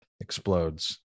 explodes